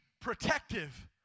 protective